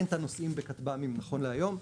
אין תא נוסעים בכטב"מים נכון להיום,